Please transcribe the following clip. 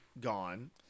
gone